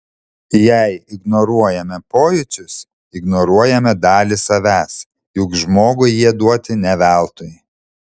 jei ignoruojame pojūčius ignoruojame dalį savęs juk žmogui jie duoti ne veltui